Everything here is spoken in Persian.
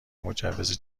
مجوز